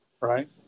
Right